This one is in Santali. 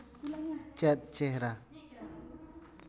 ᱪᱮᱫ ᱪᱮᱦᱨᱟ